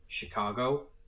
Chicago